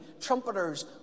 trumpeters